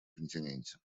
континенте